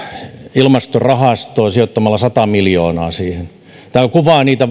ilmastorahastoon sijoittamalla sata miljoonaa siihen tämä kuvaa niitä